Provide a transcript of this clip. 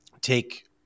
take